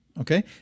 okay